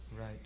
Right